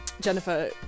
Jennifer